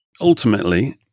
Ultimately